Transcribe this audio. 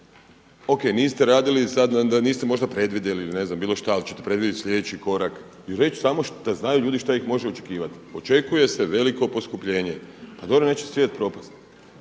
O.k. niste radili sad, niste možda predvidjeli ili ne znam bilo šta ali ćete predvidjeti sljedeći korak i reći samo da znaju ljudi što ih može očekivati. Očekuje se veliko poskupljenje. Pa dobro neće svijet propasti.